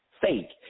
Fake